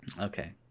Okay